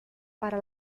para